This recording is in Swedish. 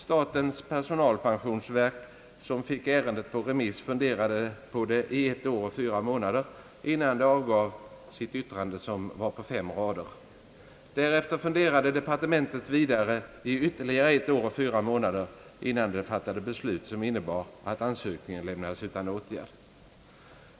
Statens personalpensionsverk, som fick ärendet på remiss, funderade på det ett år och fyra månader, innan det avgav sitt yttrande som var på fem rader. Därefter funderade departementet vidare i ytterligare ett år och fyra månader, innan det fattade beslut som innebar att ansökningen lämnades utan åtgärd.